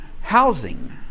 housing